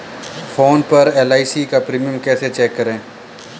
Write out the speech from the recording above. Phone पर LIC का premium कैसे चेक करें?